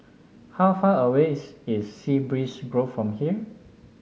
how far away is is Sea Breeze Grove from here